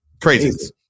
Crazy